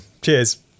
cheers